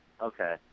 okay